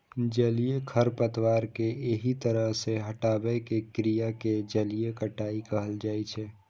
जलीय खरपतवार कें एहि तरह सं हटाबै के क्रिया कें जलीय कटाइ कहल जाइ छै